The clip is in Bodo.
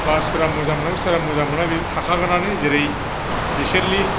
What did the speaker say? बा सोरबा मोजां मोनो बा सोरबा मोजां मोना बिदि थाखागोनानो जेरै रिसेन्टलि